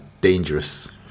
dangerous